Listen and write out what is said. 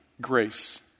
grace